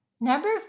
number